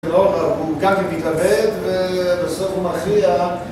הוא ככה מתלווה ובסוף הוא מכריע